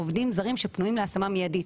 עובדים זרים שפנויים להשמה מידית.